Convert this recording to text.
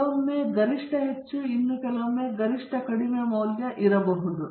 ಕೆಲವೊಮ್ಮೆ ಗರಿಷ್ಟ ಹೆಚ್ಚು ಮತ್ತು ಇತರ ಕೆಲವು ಸಂದರ್ಭಗಳಲ್ಲಿ ಗರಿಷ್ಠ ಕಡಿಮೆ ಮೌಲ್ಯ ಇರಬಹುದು